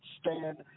stand